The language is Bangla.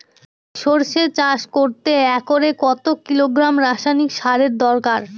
সরষে চাষ করতে একরে কত কিলোগ্রাম রাসায়নি সারের দরকার?